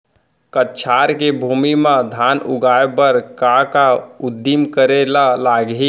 कछार के भूमि मा धान उगाए बर का का उदिम करे ला लागही?